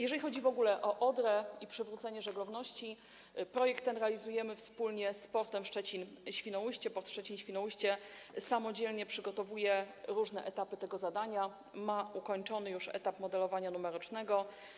Jeżeli chodzi w ogóle o Odrę i przywrócenie żeglowności, projekt ten realizujemy wspólnie z portem Szczecin - Świnoujście, port Szczecin - Świnoujście samodzielnie przygotowuje różne etapy tego zadania, ma już ukończony etap modelowania numerycznego.